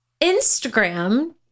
Instagram